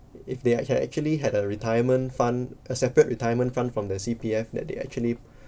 if they're can actually had a retirement fund a separate retirement fund from the C_P_F that they actually